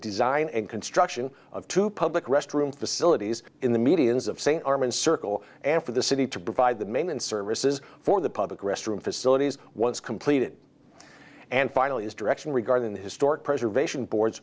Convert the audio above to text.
design and construction of two public restroom facilities in the medians of say arm and circle and for the city to provide the main and services for the public restroom facilities once completed and finally is direction regarding the historic preservation board